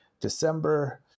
December